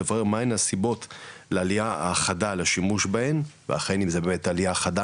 לברר מהן הסיבות לעלייה החדה לשימוש בהן ואכן אם זה באמת עלייה חדה,